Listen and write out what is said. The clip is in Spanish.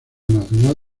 nacional